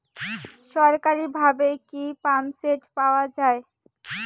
সরকারিভাবে কি পাম্পসেট পাওয়া যায়?